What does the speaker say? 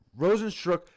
Rosenstruck